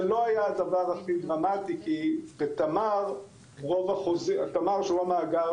זה לא היה הדבר הכי דרמטי כי תמר שהוא מאגר